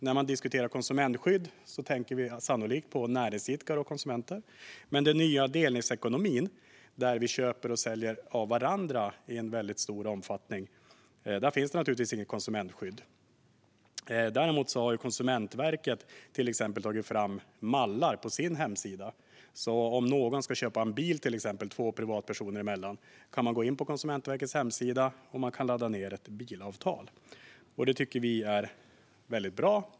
När vi diskuterar konsumentskydd tänker vi sannolikt på näringsidkare och konsumenter. Men i den nya delningsekonomin, där vi köper och säljer av varandra i mycket stor omfattning, finns det naturligtvis inget konsumentskydd. Däremot har Konsumentverket tagit fram till exempel mallar på sin hemsida. Om till exempel en privatperson ska köpa en bil av en annan privatperson kan man gå in på Konsumentverkets hemsida och ladda ned ett bilavtal. Det tycker vi är väldigt bra.